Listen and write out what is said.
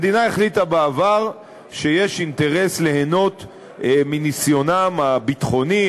המדינה החליטה בעבר שיש אינטרס ליהנות מניסיונם הביטחוני,